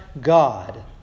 God